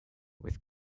with